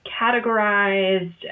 categorized